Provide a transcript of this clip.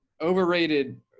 overrated –